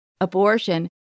abortion